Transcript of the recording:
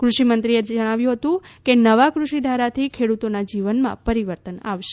કૃષિમંત્રીએ દોહરાવ્યું હતું કે નવા કૃષિધારાથી ખેડૂતોના જીવનમાં પરિવર્તન આવશે